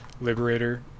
Liberator